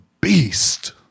beast